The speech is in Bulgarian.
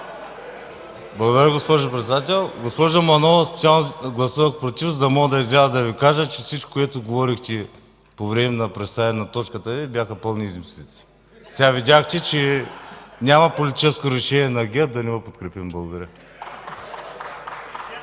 Благодаря, госпожо Председател. Госпожо Манолова, специално гласувах „против”, за да мога да изляза и да Ви кажа, че всичко, което говорехте по време на представяне на точката, бяха пълни измислици. Видяхте, че няма политическо решение на ГЕРБ да не Ви подкрепим. Благодаря.